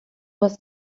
was